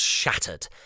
shattered